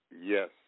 yes